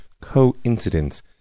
coincidence